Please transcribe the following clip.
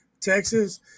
Texas